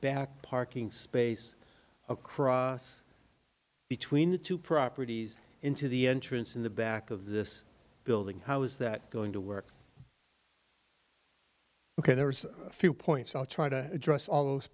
back parking space a cross between the two properties into the entrance in the back of this building how is that going to work ok there was a few points i'll try to address all those